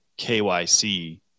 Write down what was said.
KYC